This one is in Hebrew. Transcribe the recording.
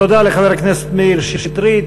תודה לחבר הכנסת מאיר שטרית.